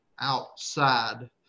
outside